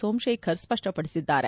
ಸೋಮಶೇಖರ್ ಸ್ಪಷ್ಟಪಡಿಸಿದ್ದಾರೆ